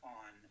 on